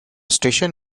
station